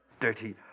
dirty